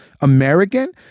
American